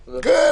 כן.